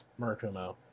Murakumo